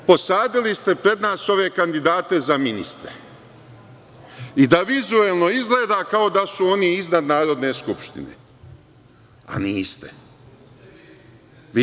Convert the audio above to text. Drugo, posadili ste pred nas ove kandidate za ministre i da vizuelno izgleda kao da su oni iznad Narodne skupštine, a niste.